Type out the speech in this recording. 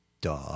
duh